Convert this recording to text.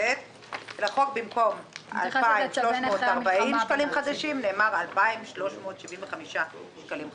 לחוק במקום 2340 שקלים חדשים נאמר: 2375 שקלים חדשים.